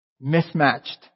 Mismatched